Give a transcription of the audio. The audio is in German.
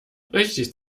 richtig